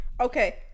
Okay